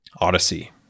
Odyssey